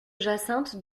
jacinthe